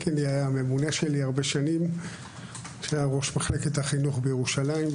קינלי היה הממונה שלי הרבה שנים כשהיה ראש מחלקת החינוך בירושלים,